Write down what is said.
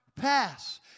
Pass